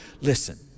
Listen